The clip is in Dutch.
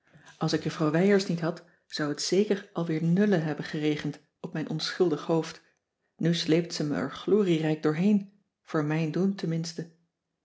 als ik juffrouw wijers niet had zou het zeker al weer nullen hebben geregend op mijn onschuldig hoofd nu sleept ze mij er glorierijk doorheen voor mijn doen tenminste